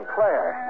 Claire